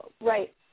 Right